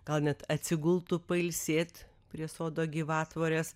gal net atsigultų pailsėt prie sodo gyvatvorės